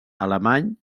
alemany